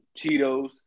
Cheetos